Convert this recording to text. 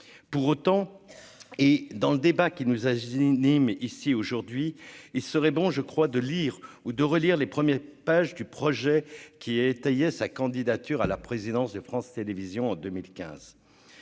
pour autant et dans le débat qui nous a gêné Nîmes ici aujourd'hui, il serait bon, je crois, de lire ou de relire les premières pages du projet qui est étayé sa candidature à la présidence de France Télévisions en 2015